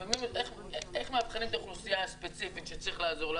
איך מאבחנים את האוכלוסייה הספציפית שצריך לעזור לה?